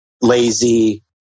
lazy